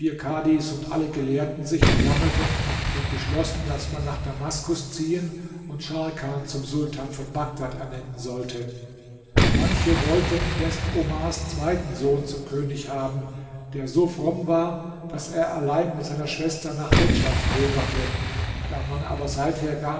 und alle gelehrten sich versammelten und beschlossen daß man nach damaskus ziehen und scharkan zum sultan von bagdad ernennen sollte manche wollten indessen omars zweiten sohn zum könig haben der so fromm war daß er allein mit seiner schwester nach dem hedjas pilgerte da man aber seither